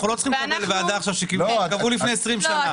אבל אנחנו לא צריכים לקבל עכשיו ועדה שקבעו לפני 20 שנה.